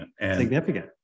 significant